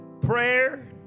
prayer